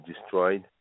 destroyed